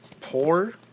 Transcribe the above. Poor